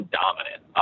dominant